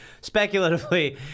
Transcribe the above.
speculatively